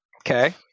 Okay